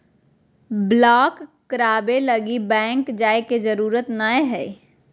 block कराबे लगी bank जाय के जरूरत नयय हइ